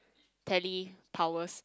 tele powers